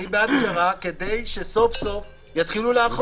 אני בעד פשרה כדי שסוף סוף יתחילו לאכוף.